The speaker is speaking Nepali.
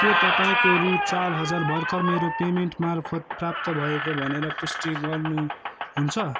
के तपाईँको रु चार हजार भर्खर मेरो पेमेन्टमार्फत प्राप्त भएको भनेर पुष्टि गर्नु हुन्छ